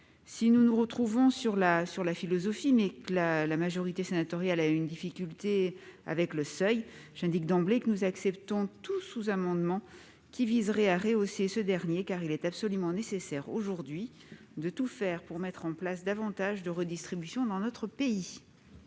nous nous retrouvions sur la philosophie d'une telle mesure, mais que la majorité sénatoriale avait une difficulté avec le seuil, j'indique d'emblée que nous acceptons tout sous-amendement qui viserait à rehausser celui-ci, car il est absolument nécessaire aujourd'hui de tout faire pour mettre en place davantage de redistribution dans notre pays.